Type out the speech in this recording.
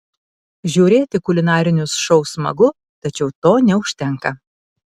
žiūrėti kulinarinius šou smagu tačiau to neužtenka